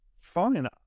fine